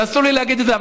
אסור לי להגיד את זה,